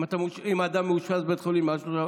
אם אדם מאושפז בבית חולים מעל שלושה חודשים,